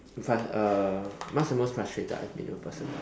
frus~ uh what's the most frustrated I have been with a person